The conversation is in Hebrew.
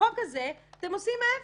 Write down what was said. בחוק הזה אתם עושים ההפך,